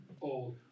Old